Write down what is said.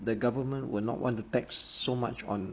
the government will not want to tax so much on